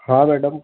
हाँ मैडम